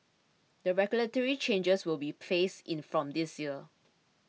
the regulatory changes will be phased in from this year